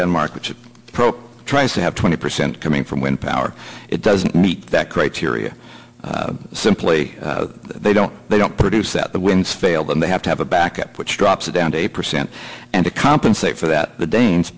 denmark which is pro trying to have twenty percent coming from wind power it doesn't meet that criteria simply they don't they don't produce that the winds fail and they have to have a backup which drops down to a percent and to compensate for that the danes